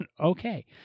okay